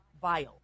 vile